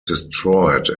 destroyed